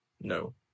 no